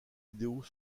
idéaux